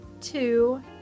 two